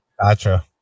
Gotcha